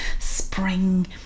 spring